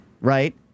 right